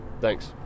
Thanks